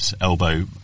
elbow